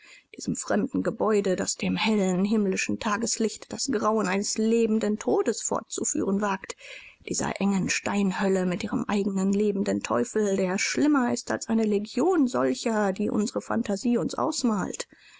diesem frechen gebäude das dem hellen himmlischen tageslicht das grauen eines lebenden todes vorzuführen wagt dieser engen steinhölle mit ihrem eigenen lebenden teufel der schlimmer ist als eine legion solcher die unsere phantasie uns ausmalt